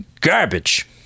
garbage